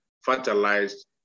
fertilized